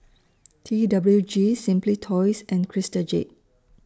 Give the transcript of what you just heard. T W G Simply Toys and Crystal Jade